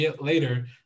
later